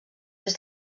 des